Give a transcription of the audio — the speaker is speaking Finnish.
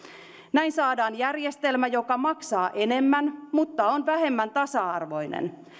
näin saadaan järjestelmä joka maksaa enemmän mutta on vähemmän tasa arvoinen